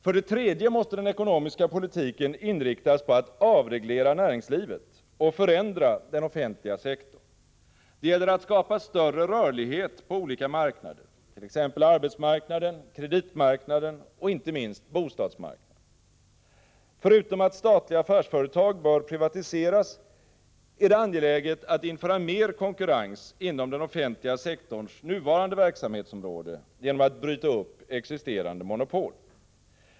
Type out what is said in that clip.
För det tredje måste den ekonomiska politiken inriktas på att avreglera näringslivet och förändra den offentliga sektorn. Det gäller att skapa större rörlighet på olika marknader, t.ex. arbetsmarknaden, kreditmarknaden och inte minst bostadsmarknaden. Förutom att statliga affärsföretag bör privatiseras är det angeläget att införa mer konkurrens inom den offentliga sektorns nuvarande verksamhetsområde genom att bryta upp existerande monopol.